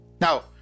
Now